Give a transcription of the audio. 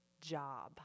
job